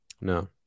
no